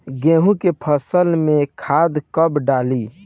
गेहूं के फसल में खाद कब डाली?